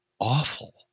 awful